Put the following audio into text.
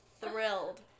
Thrilled